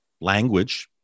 Language